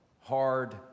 hard